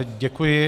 Děkuji.